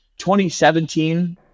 2017